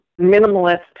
minimalist